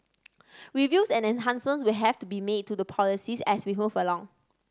reviews and enhancements will have to be made to the policies as we move along